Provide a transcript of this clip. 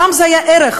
פעם זה היה ערך,